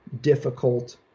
difficult